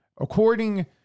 According